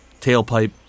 Tailpipe